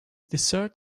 dessert